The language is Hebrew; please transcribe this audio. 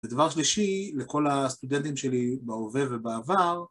ודבר שלישי לכל הסטודנטים שלי בהווה ובעבר